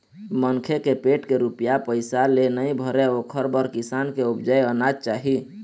मनखे के पेट के रूपिया पइसा ले नइ भरय ओखर बर किसान के उपजाए अनाज चाही